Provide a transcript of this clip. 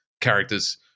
characters